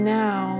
now